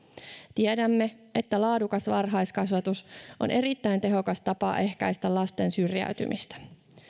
tiedämme että laadukas varhaiskasvatus on erittäin tehokas tapa ehkäistä lasten syrjäytymistä